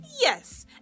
yes